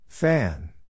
Fan